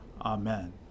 Amen